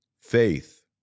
faith